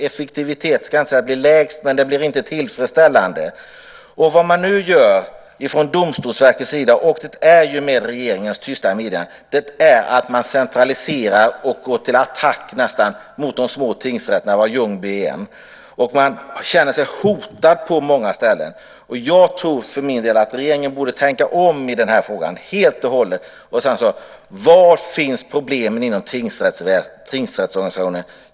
Effektiviteten blir inte tillfredsställande. Vad man nu gör från Domstolsverkets sida, med regeringens tysta medgivande, är att man centraliserar och nästan går till attack mot de små tingsrätterna, till exempel Ljungby. Man känner sig hotad på många ställen. Jag tror för min del att regeringen borde tänka om helt och hållet i den här frågan. Var finns problemen inom tingsrättsorganisationen?